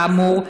כאמור,